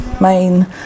main